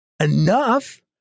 enough